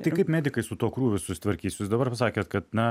tai kaip medikai su tuo krūviu susitvarkys jūs dabar sakėt kad na